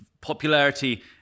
popularity